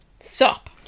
Stop